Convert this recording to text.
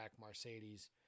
Mercedes